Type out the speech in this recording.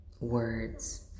words